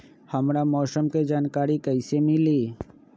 हमरा मौसम के जानकारी कैसी मिली?